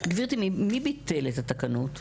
גברתי, מי ביטל את התקנות?